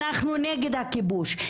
אנחנו נגד הכיבוש,